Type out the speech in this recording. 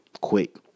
quick